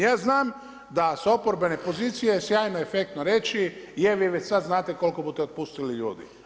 Ja znam da sa oporbene pozicije, sjajno je, efektno reći da je, vi već sad znate koliko budete otpustili ljudi.